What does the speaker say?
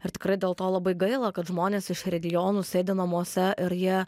ir tikrai dėl to labai gaila kad žmonės iš regionų sėdi namuose ir jie